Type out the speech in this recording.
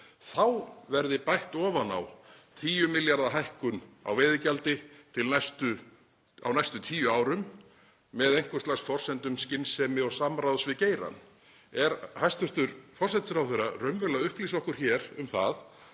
verði bætt ofan á 10 milljarða hækkun á veiðigjaldi á næstu tíu árum með einhvers lags forsendum skynsemi og samráðs við geirann? Er hæstv. forsætisráðherra raunverulega að upplýsa okkur hér um að